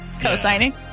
Co-signing